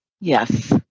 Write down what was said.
Yes